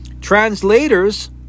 translators